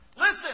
Listen